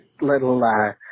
little